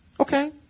Okay